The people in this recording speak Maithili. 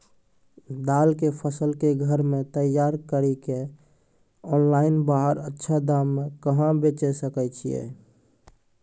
दाल के फसल के घर मे तैयार कड़ी के ऑनलाइन बाहर अच्छा दाम मे कहाँ बेचे सकय छियै?